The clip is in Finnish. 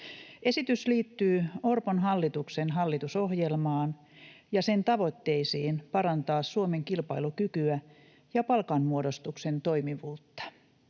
Esitys liittyy Orpon hallituksen hallitusohjelmaan ja sen tavoitteisiin parantaa Suomen kilpailukykyä ja palkanmuodostuksen toimivuutta.